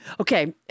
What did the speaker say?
Okay